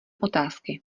otázky